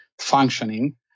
functioning